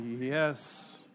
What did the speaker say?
Yes